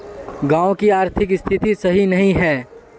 गाँव की आर्थिक स्थिति सही नहीं है?